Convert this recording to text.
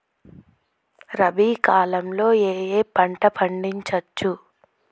రబీ కాలంలో ఏ ఏ పంట పండించచ్చు?